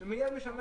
זה מיד משמש